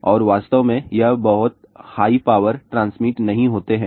और वास्तव में ये बहुत हाई पावर ट्रांसमिट नहीं होते हैं